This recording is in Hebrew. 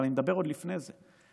אבל אני מדבר עוד לפני זה.